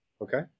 Okay